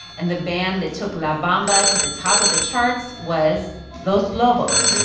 and the band that took la bamba to the top of the charts was los lobos